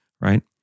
right